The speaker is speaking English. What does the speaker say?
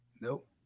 Nope